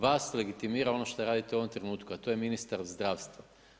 Vas legitimira ono što radite u ovom trenutku, a to je ministar zdravstva.